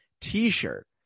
t-shirt